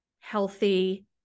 healthy